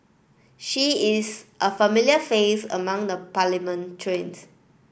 she is a familiar face among the parliamentarians